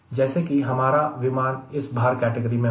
जैसे कि हमारा विमान इस भार कैटेगरी में होगा